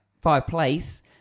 fireplace